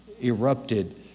erupted